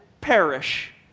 perish